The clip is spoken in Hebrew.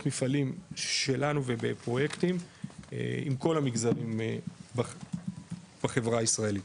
מפעלים שלנו ובפרויקטים עם כל המגזרים בחברה הישראלית.